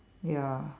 ya